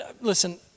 Listen